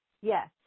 Yes